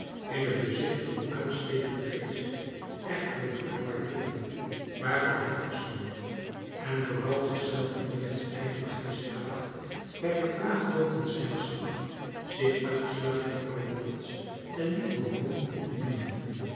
in t bezit van een uitstekenden geest echter het bloed waardeerende waarvan hij afstamde en vooral zich zelven wegens eigen geestkracht bij de vraag nopens zijn geslacht zich uitsluitend orleans en niet bourbon noemende